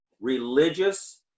religious